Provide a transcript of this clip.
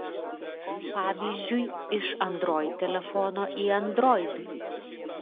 pavyzdžiui iš android telefono į android